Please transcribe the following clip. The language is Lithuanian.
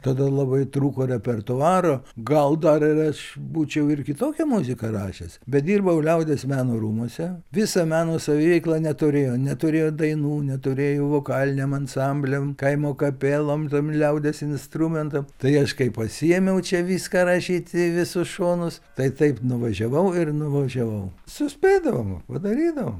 tada labai trūko repertuaro gal dar ir aš būčiau ir kitokią muziką rašęs bet dirbau liaudies meno rūmuose visa meno saviveikla neturėjo neturėjo dainų neturėjo vokaliniam ansambliam kaimo kapelom liaudies instrumentų tai aš kai pasiėmiau čia viską rašyti į visus šonus tai taip nuvažiavau ir nuvažiavau suspėdavom padarydavom